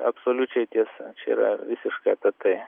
absoliučiai tiesa čia yra visiškai apie tai